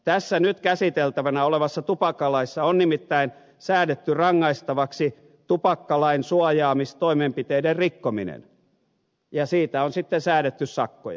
tässä nyt käsiteltävänä olevassa tupakkalaissa on nimittäin säädetty rangaistavaksi tupakkalain suojaamistoimenpiteiden rikkominen ja siitä on sitten säädetty sakkoja